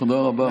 תודה רבה.